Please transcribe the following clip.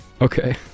Okay